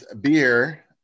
beer